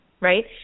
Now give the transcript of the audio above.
right